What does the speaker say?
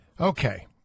Okay